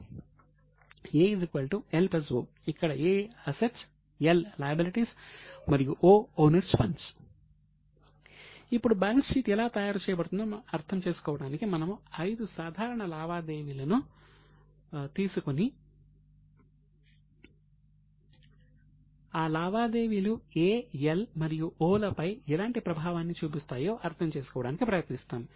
A L O ఇక్కడ A assets L liabilities మరియు O owners funds ఇప్పుడు balance sheet ఎలా తయారు చేయబడుతుందో అర్థం చేసుకోవడానికి మనము 5 సాధారణ లావాదేవీలను తీసుకుని ఆ లావాదేవీలు A L మరియు O లపై ఎలాంటి ప్రభావాన్ని చూపిస్తాయో అర్థం చేసుకోవడానికి ప్రయత్నిస్తాము